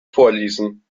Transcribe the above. vorlesen